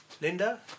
Linda